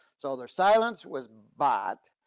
so, their silence was bought.